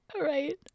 Right